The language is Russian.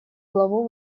главу